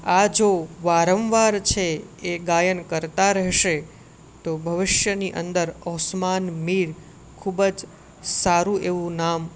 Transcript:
આ જો વારંવાર છે એ ગાયન કરતા રહેશે તો ભવિષ્યની અંદર ઓસમાન મીર ખૂબ જ સારું એવું નામ